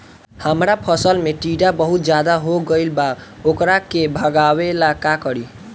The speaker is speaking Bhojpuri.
हमरा फसल में टिड्डा बहुत ज्यादा हो गइल बा वोकरा के भागावेला का करी?